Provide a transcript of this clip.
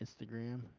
Instagram